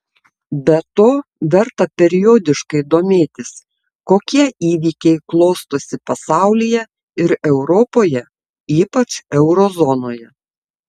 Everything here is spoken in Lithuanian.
be to verta periodiškai domėtis kokie įvykiai klostosi pasaulyje ir europoje ypač euro zonoje